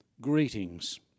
greetings